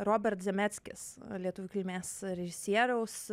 robert zemeckis lietuvių kilmės režisieriaus